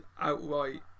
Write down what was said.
outright